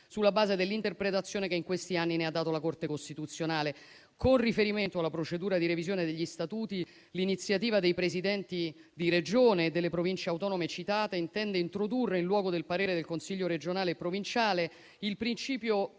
sulla base dell'interpretazione che in questi anni ne ha dato la Corte costituzionale. Con riferimento alla procedura di revisione degli Statuti, l'iniziativa dei Presidenti di Regione e delle Province autonome citate intende introdurre, in luogo del parere del Consiglio regionale e provinciale, il principio